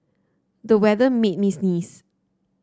the weather made me sneeze